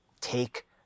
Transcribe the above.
Take